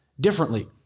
differently